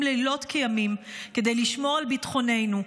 לילות כימים כדי לשמור על ביטחוננו.